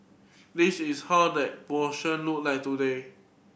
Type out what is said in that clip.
this is how that portion look like today